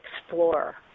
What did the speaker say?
explore